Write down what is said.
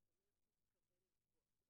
מצומצמת ומיוחדת למצבים שבהם באמת היה מצב של פגיעה,